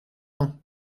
ans